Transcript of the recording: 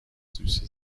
süße